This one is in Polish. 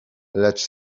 lecz